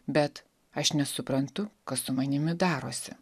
bet aš nesuprantu kas su manimi darosi